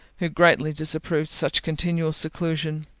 who greatly disapproved such continual seclusion.